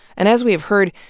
and as we've heard,